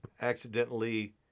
accidentally